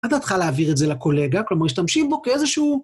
מה דעתך להעביר את זה לקולגה? כלומר, משתמשים בו כאיזשהו...